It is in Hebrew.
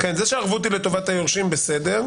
הערבות היא לטובת היורשים, בסדר.